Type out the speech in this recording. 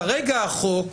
כרגע החוק,